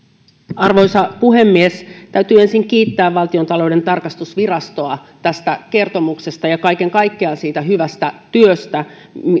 arvoisa puhemies täytyy ensin kiittää valtiontalouden tarkastusvirastoa tästä kertomuksesta ja kaiken kaikkiaan siitä hyvästä työstä